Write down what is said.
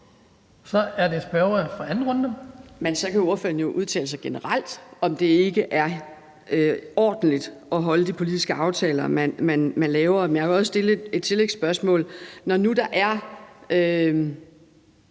runde. Kl. 19:46 Mona Juul (KF): Men så kan ordføreren jo udtale sig generelt om, om det ikke er ordentligt at holde de politiske aftaler, man laver. Jeg kan også stille et tillægsspørgsmål. Når der nu